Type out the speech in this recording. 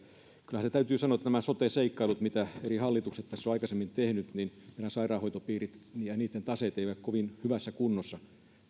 se täytyy sanoa liittyen näihin sote seikkailuihin mitä eri hallitukset ovat aikaisemmin tehneet että meidän sairaanhoitopiirit ja niitten taseet eivät ole kovin hyvässä kunnossa